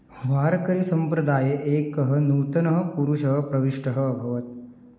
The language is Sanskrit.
वार्करिसम्प्रदाये एकः नूतनः पुरुषः प्रविष्टः अभवत्